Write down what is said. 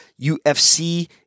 UFC